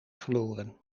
verloren